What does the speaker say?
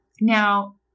Now